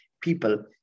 people